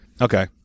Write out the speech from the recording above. Okay